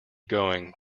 going